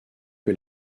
que